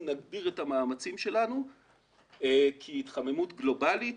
נגביר את המאמצים שלנו כי התחממות גלובלית,